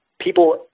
people